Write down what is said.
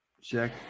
check